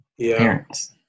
parents